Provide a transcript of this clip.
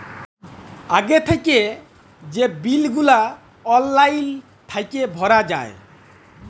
আগে থ্যাইকে যে বিল গুলা অললাইল থ্যাইকে ভরা যায়